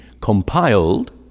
compiled